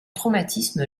traumatisme